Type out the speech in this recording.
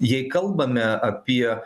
jei kalbame apie